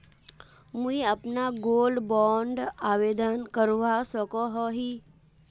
मुई अपना gold bond आवेदन करवा सकोहो ही?